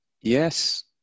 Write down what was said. Yes